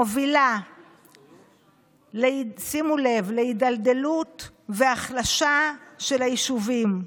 מובילה שימו לב, להידלדלות והחלשה של היישובים,